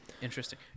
interesting